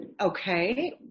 okay